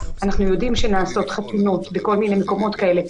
אנחנו יודעים שנעשות חתונות בכל מיני מקומות כאלה,